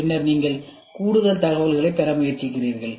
பின்னர் நீங்கள் கூடுதல் தகவல்களைப் பெற முயற்சிக்கிறீர்கள்